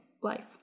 life